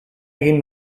egin